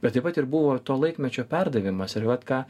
bet taip pat ir buvo to laikmečio perdavimas ir vat ką